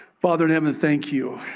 father in heaven thank you.